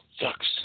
sucks